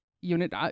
unit